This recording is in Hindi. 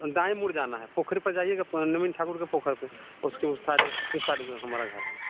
दाएँ मुड़ जाना है पोखर पर जाईएगा प नवीन ठाकुर के पोखर पर उसके साद उर साद वह हमारा घर है